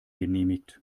genehmigt